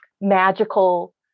magical